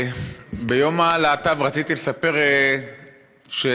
ביום הלהט"ב רציתי לספר שסיימתי,